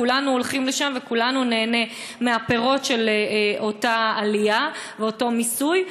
כולנו הולכים לשם וכולנו ניהנה מהפירות של אותה עלייה ואותו מיסוי,